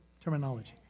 terminology